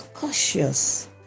Cautious